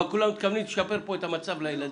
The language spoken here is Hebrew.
כולם מתכוונים לשפר כאן את המצב לילדים.